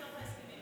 מופיע בהסכמים.